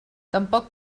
tampoc